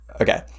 Okay